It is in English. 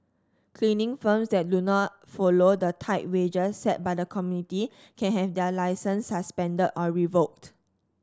cleaning firms that do not follow the tiered wages set by the committee can have their licences suspended or revoked